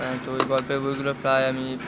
তো এই গল্পের বইগুলো প্রায় আমি